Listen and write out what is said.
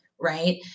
right